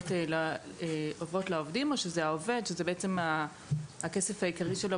עוברות לעובדים או שזה העובד שזה בעצם הכסף העיקרי שלו